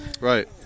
Right